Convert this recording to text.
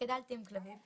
גדלתי עם כלבים.